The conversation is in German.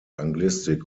anglistik